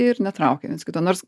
ir netraukia viens kito nors